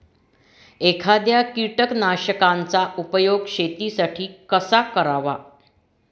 एखाद्या कीटकनाशकांचा उपयोग शेतीसाठी कसा करावा?